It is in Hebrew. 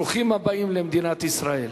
ברוכים הבאים למדינת ישראל.